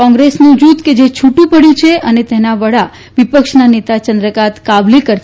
કોંગ્રેસનું જૂથ કે જે છુદ્દ પડ્યું છે તેના વડા વિપક્ષના નેતા યદ્રકાંત કાવલેકર છે